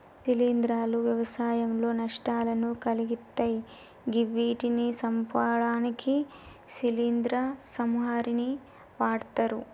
శిలీంద్రాలు వ్యవసాయంలో నష్టాలను కలిగిత్తయ్ గివ్విటిని సంపడానికి శిలీంద్ర సంహారిణిని వాడ్తరు